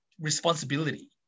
responsibility